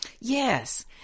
Yes